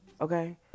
Okay